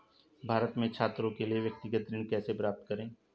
भारत में छात्रों के लिए व्यक्तिगत ऋण कैसे प्राप्त करें?